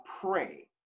pray